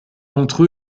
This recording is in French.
d’entre